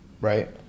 right